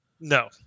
No